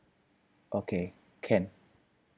okay can